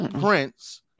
Prince